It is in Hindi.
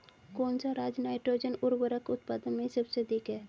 कौन सा राज नाइट्रोजन उर्वरक उत्पादन में सबसे अधिक है?